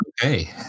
Okay